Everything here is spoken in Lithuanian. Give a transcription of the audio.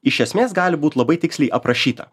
iš esmės gali būt labai tiksliai aprašyta